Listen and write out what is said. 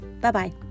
Bye-bye